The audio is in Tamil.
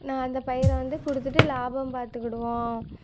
நான் அந்த பயிரை வந்து கொடுத்துட்டு லாபம் பார்த்துக்கிடுவோம்